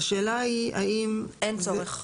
אין צורך.